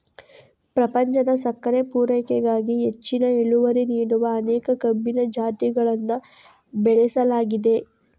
ಪ್ರಪಂಚದ ಸಕ್ಕರೆ ಪೂರೈಕೆಗಾಗಿ ಹೆಚ್ಚಿನ ಇಳುವರಿ ನೀಡುವ ಅನೇಕ ಕಬ್ಬಿನ ಜಾತಿಗಳನ್ನ ಬೆಳೆಸಲಾಗಿದೆ